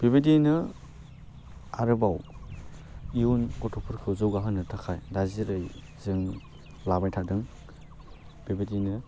बेबायदियैनो आरोबाव इयुन गथ'फोरखौ जौगा होनो थाखाय दा जेरै जों लाबाय थादों बेबायदिनो